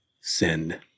Send